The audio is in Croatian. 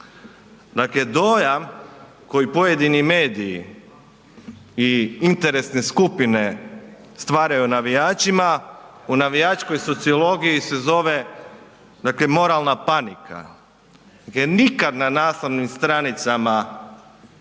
Dakle dojam koji pojedini mediji i interesne skupine stvaraju o navijačima, u navijačkoj sociologiji se zove dakle moralna panika, jer nikada na naslovnim stranicama